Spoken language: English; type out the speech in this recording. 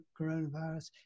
coronavirus